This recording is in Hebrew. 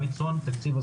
היום יש לנו דיון מיוחד,